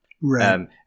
Right